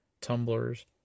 tumblers